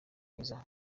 mwiza